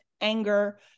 anger